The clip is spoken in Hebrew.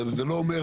זה לא אומר